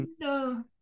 no